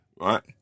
right